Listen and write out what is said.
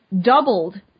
doubled